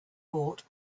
bought